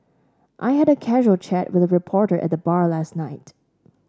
I had a casual chat with a reporter at the bar last night